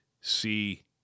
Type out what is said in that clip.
see